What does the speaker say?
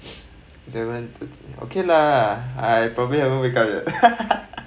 eleven thirty okay lah I probably haven't wake up yet